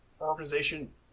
organization